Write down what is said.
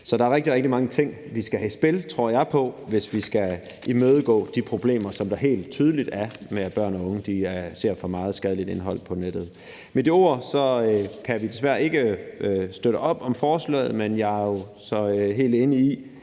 Så der er rigtig, rigtig mange ting, vi skal have i spil, tror jeg på, hvis vi skal imødegå de problemer, som helt tydeligt er der med, at børn og unge ser for meget skadeligt indhold på nettet. Med de ord kan vi desværre ikke støtte op om forslaget, men jeg er jo så helt enig i,